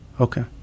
Okay